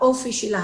האופי שלה,